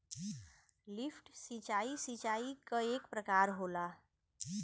lift सिंचाई, सिंचाई क एक प्रकार होला